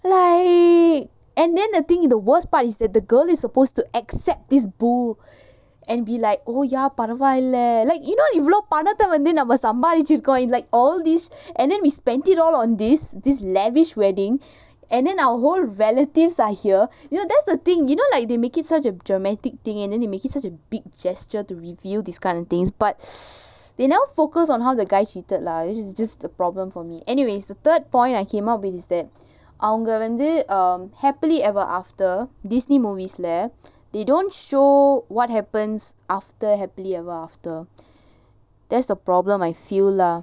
like and then the thing the worst part is that the girl is supposed to accept this bull and be like oh ya பரவால்ல:paravaalla like you know இவளோ பணத்த வந்து நம்ம சம்பாதிச்சிருக்கோம்:ivalo panatha vanthu namma sambaathichchirukom like all these and then we spent it all on this this lavish wedding and then our whole relatives are here ya that's the thing you know like they make it such a dramatic thing and then they make it such a big gesture to reveal this kind of things but they now focus on how the guy cheated lah which is just a problem for me anyways the third point I came up with is that அவங்க வந்து:avanga vanthu um happily ever after Disney movies leh they don't show what happens after happily ever after that's the problem I feel lah